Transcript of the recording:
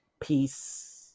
Peace